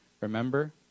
remember